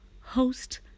host